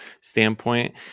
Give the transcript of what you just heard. standpoint